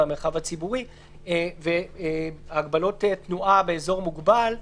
במרחב הציבורי והגבלות תנועה באזור מוגבל,